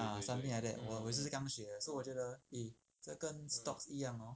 ah something like that 我我也是跟他们学的 so 我觉得 eh 这跟 stocks 一样 hor